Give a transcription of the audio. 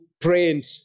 prayed